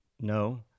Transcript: No